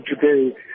today